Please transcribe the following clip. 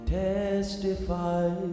testify